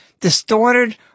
distorted